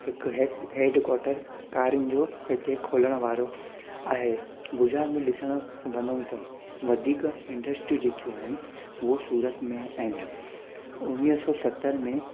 हिकु हेक headquarter कारिनि जो इते खुलण वारो आहे गुजरात में ॾिसण वञूं त वधीक इंड्रस्ट्री जेकियूं आहिनि उहो सूरत में आहिनि उणिवीह सौ सतरि में